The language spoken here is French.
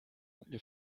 les